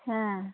হ্যাঁ